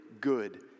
good